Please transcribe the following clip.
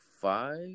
five